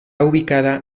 ubicada